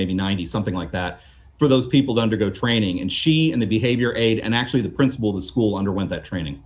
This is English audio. maybe ninety something like that for those people to undergo training and she in the behavior aid and actually the principal of the school underwent that training